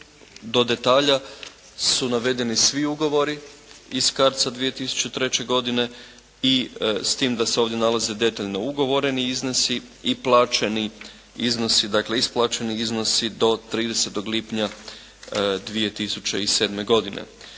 do detalja su navedeni svi ugovori iz CARDS-a 2003. godine i s tim da se ovdje nalaze detaljno ugovoreni iznosi i plaćeni iznosi, dakle isplaćeni iznosi do 30. lipnja 2007. godine.